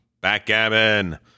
Backgammon